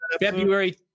February